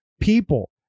people